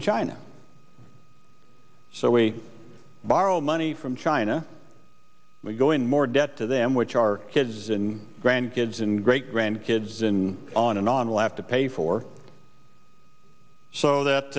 in china so we borrow money from china we're going more debt to them which our kids and grandkids and great grandkids and on and on lap to pay for so that